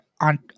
on